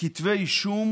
כתבי אישום,